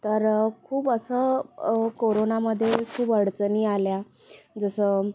तर खूप असं कोरोनामध्ये खूप अडचणी आल्या जसं